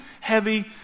heavy